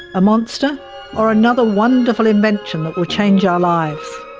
a monster or another wonderful invention that will change our lives.